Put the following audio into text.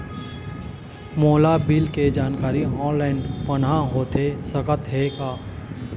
मोला बिल के जानकारी ऑनलाइन पाहां होथे सकत हे का?